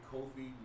Kofi